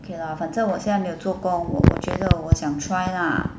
okay lah 反正我现在没有做工我觉得我想 try lah